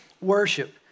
worship